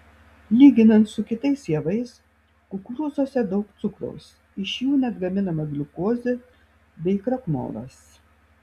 lyginant su kitais javais kukurūzuose daug cukraus iš jų net gaminama gliukozė bei krakmolas